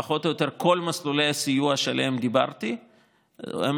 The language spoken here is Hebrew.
פחות או יותר כל מסלולי הסיוע שעליהם דיברתי למעשה